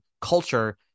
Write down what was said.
culture